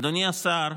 אדוני השר,